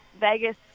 Vegas